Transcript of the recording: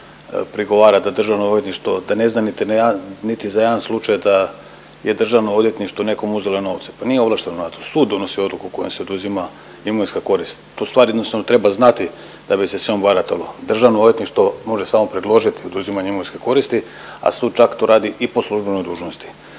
prigovara da Državno odvjetništvo da ne zna za niti jedan slučaj da je Državno odvjetništvo nekom uzelo novce. Pa nije ovlašteno na to, sud donosi odluku kojom se oduzima imovinska korist. Tu stvar jednostavno treba znati da bi se sa njom baratalo. Državno odvjetništvo može samo predložiti oduzimanje imovinske koristi, a sud čak to radi i po službenoj dužnosti.